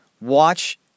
Watch